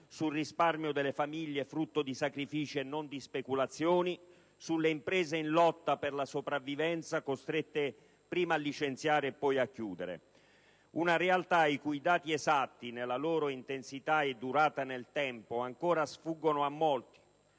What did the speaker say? sul risparmio delle famiglie frutto di sacrifici e non di speculazioni, sulle imprese in lotta per la sopravvivenza, costrette prima a licenziare e poi a chiudere. È una realtà i cui dati esatti nella loro intensità e durata nel tempo ancora sfuggono a molti,